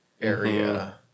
area